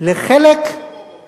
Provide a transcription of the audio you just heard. אמרתי את זה.